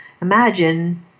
Imagine